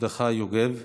מרדכי יוגב.